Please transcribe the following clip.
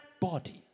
body